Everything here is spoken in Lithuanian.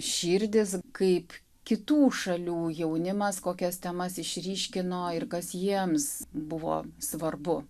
širdis kaip kitų šalių jaunimas kokias temas išryškino ir kas jiems buvo svarbu